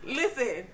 listen